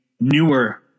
newer